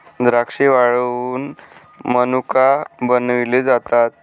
द्राक्षे वाळवुन मनुका बनविले जातात